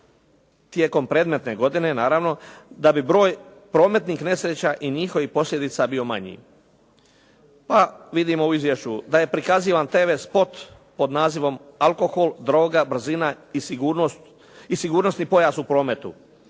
tijekom predmetne godine naravno da bi broj prometnih nesreća i njihovih posljedica bio manji. Pa vidimo u izvješću da je prikazivan tv spot pod nazivom alkohol, droga, brzina i sigurnosni pojas u prometu.